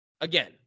again